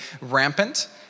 rampant